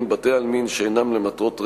(פטורין) (בתי-עלמין שאינם למטרות רווח),